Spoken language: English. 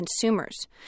consumers